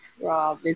Rob